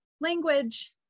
language